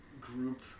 group